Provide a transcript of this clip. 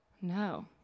No